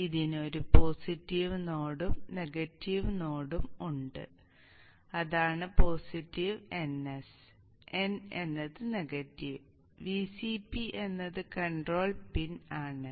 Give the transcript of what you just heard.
ഇതിന് ഒരു പോസിറ്റീവ് നോഡും നെഗറ്റീവ് നോഡും ഉണ്ട് അതാണ് പോസിറ്റീവ് ns n എന്നത് നെഗറ്റീവ് Vcp എന്നത് കൺട്രോൾ പിൻ ആണ്